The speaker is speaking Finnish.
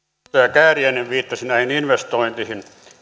kääriäinen viittasi näihin investointeihin